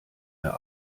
der